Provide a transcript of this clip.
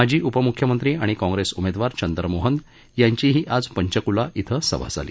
माजी उपमुख्यमंत्री आणि काँग्रेस उमेदवार चंदर मोहन यांचीही आज पंचकुला इथं सभा झाली